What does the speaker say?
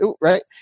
Right